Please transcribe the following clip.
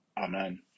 Amen